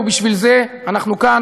ובשביל זה אנחנו כאן,